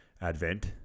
Advent